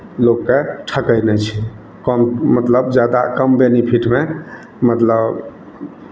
लोकके ठकै नहि छै कम मतलब जादा कम बेनीफिटमे मतलब